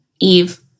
Eve